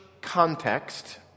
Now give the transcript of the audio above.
context